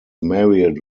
married